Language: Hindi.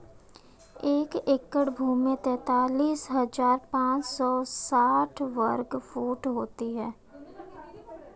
एक एकड़ भूमि तैंतालीस हज़ार पांच सौ साठ वर्ग फुट होती है